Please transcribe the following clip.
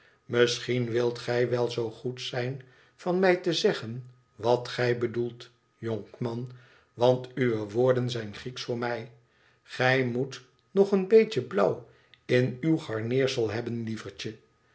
misschien wilt gij wel zoo goed zijn van mij te zeggen wat gij bedoelt jonkman want uwe woorden zijn grieksch voor mij gij moet nog een beetje blauw in uw gameersel hebben lievertje